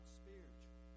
spiritual